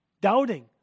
doubting